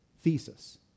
thesis